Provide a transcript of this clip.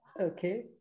Okay